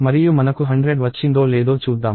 మరియు మనకు 100 వచ్చిందో లేదో చూద్దాం